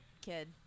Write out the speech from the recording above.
kid